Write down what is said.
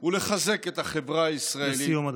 ולחזק את החברה הישראלית, לסיום,